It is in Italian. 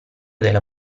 delle